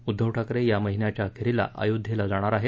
उद्दव ठाकरे या महिन्याच्या अखेरीला अयोध्येला जाणार आहेत